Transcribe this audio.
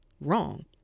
wrong